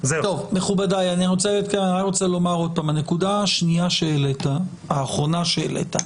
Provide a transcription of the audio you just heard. אני רוצה לומר לגבי הנקודה האחרונה שהעלית,